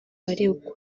baregwa